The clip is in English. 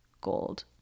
Gold